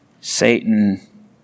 Satan